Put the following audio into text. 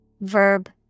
Verb